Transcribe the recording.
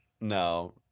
No